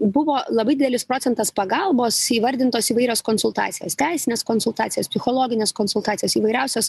buvo labai didelis procentas pagalbos įvardintos įvairios konsultacijos teisinės konsultacijos psichologinės konsultacijos įvairiausios